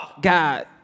God